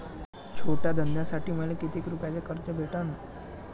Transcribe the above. छोट्या धंद्यासाठी मले कितीक रुपयानं कर्ज भेटन?